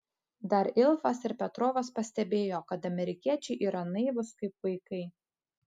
dar ilfas ir petrovas pastebėjo kad amerikiečiai yra naivūs kaip vaikai